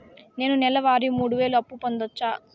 నేను నెల వారి మూడు వేలు అప్పు పొందవచ్చా?